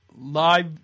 live